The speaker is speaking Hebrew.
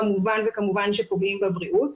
כמובן וכמובן שפוגעים בבריאות.